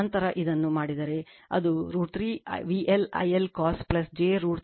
ನಂತರ ಇದನ್ನು ಮಾಡಿದರೆ ಅದು √ 3 VL I L cos j √ 3 VL I L sin ಆಗಿರುತ್ತದೆ